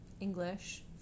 English